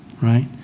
right